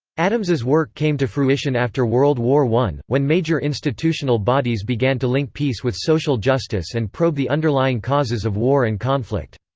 addams's work came to fruition after world war i, when major institutional bodies began to link peace with social justice and probe the underlying causes of war and conflict.